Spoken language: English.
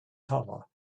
color